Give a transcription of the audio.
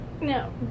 No